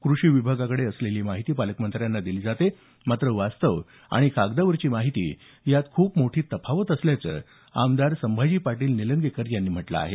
कृषी विभागाकडे असलेली माहिती पालकमंत्र्यांना दिली जाते मात्र वास्तव आणि कागदावरची माहिती यात खूप मोठी तफावत असल्याचं आमदार संभाजी पाटील निलंगेकर यांनी म्हटलं आहे